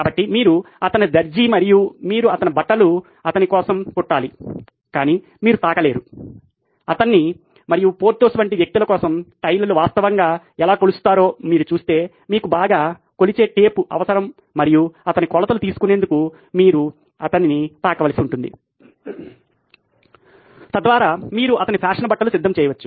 కాబట్టి మీరు అతని దర్జీ మరియు మీరు అతని బట్టలు అతని కోసం కుట్టాలి మీరు తాకలేరు అతన్ని మరియు పోర్థోస్ వంటి వ్యక్తి కోసం టైలర్లు వాస్తవంగా ఎలా కొలుస్తారో మీరు చూస్తే మీకు బాగా కొలిచే టేప్ అవసరం మరియు అతని కొలతలు కొలిచేందుకు మీరు అతన్ని తాకవలసి ఉంటుంది తద్వారా మీరు అతని ఫ్యాషన్ బట్టలు సిద్ధం చేయవచ్చు